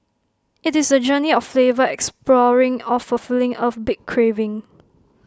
IT is the journey of flavor exploring or fulfilling A big craving